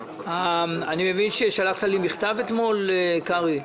אני מבין ששלחת לי מכתב אתמול, קרעי.